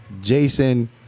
Jason